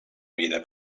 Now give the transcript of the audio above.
vida